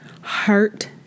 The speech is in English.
hurt